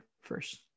first